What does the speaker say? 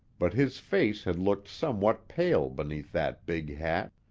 but his face had looked somewhat pale beneath that big hat,